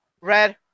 Red